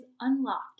Unlocked